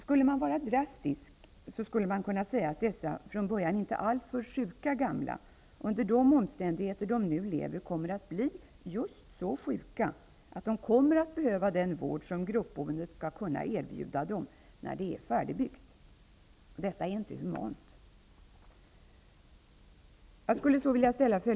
Skulle man vara drastisk skulle man kunna säga att dessa från början inte allför sjuka gamla under de omständigheter de nu lever kommer att bli just så sjuka att de kommer att behöva den vård som gruppboendet skall kunna erbjuda dem när det är färdigbyggt. Detta är inte humant.